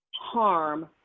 harm